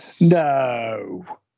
No